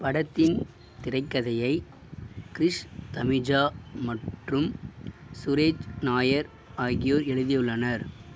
படத்தின் திரைக்கதையை கிரிஷ் தமிஜா மற்றும் சுரேஜ் நாயர் ஆகியோர் எழுதியுள்ளனர்